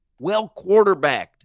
well-quarterbacked